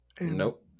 Nope